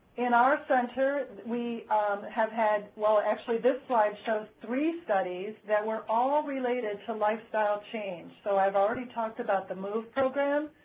in our center we have had well, actually this slide shows three studies that were all related to lifestyle change, so i've already talked about the move program,